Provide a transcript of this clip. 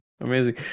Amazing